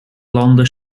landen